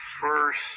first